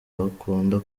bakunda